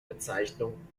bezeichnung